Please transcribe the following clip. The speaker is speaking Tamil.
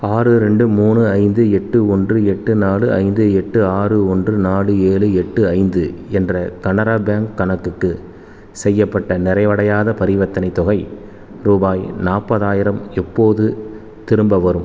ஆறு ரெண்டு மூணு ஐந்து எட்டு ஒன்று எட்டு நாலு ஐந்து எட்டு ஆறு ஒன்று நாலு ஏழு எட்டு ஐந்து என்ற கனரா பேங்க் கணக்குக்கு செய்யப்பட்ட நிறைவடையாத பரிவர்த்தனைத் தொகை ரூபாய் நாற்பதாயிரம் எப்போது திரும்ப வரும்